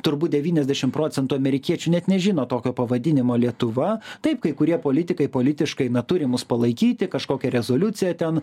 turbūt devyniasdešim procentų amerikiečių net nežino tokio pavadinimo lietuva taip kai kurie politikai politiškai na turi mus palaikyti kažkokią rezoliuciją ten